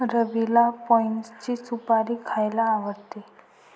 रवीला पाइनची सुपारी खायला आवडते